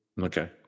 Okay